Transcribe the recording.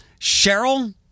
Cheryl